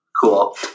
Cool